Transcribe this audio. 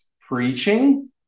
preaching